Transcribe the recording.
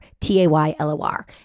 T-A-Y-L-O-R